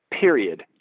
Period